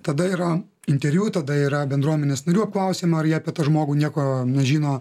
tada yra interviu tada yra bendruomenės narių apklausiama ar jie apie tą žmogų nieko nežino